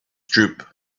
droop